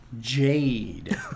Jade